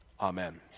Amen